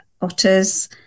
otters